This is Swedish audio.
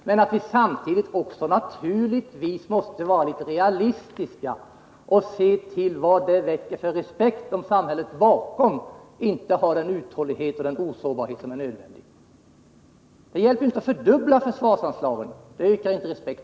Men samtidigt måste vi naturligtvis vara litet realistiska och inse att inte ens en fördubbling av anslaget till det militära försvaret inger respekt om inte samhället är uthålligt och osårbart.